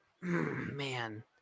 man